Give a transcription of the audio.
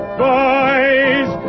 boys